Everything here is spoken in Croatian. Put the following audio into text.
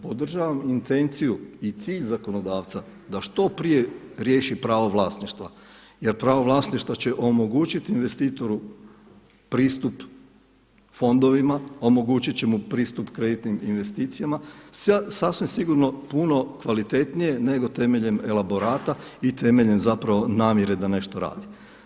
Podržavam intenciju i cilj zakonodavca da što prije riješi pravo vlasništva jer pravo vlasništva će omogućiti investitoru pristup fondovima, omogućiti će mu pristup kreditnim investicijama, sasvim sigurno puno kvalitetnije nego temeljem elaborata i temeljem zapravo namjere da nešto radi.